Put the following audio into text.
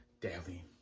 daily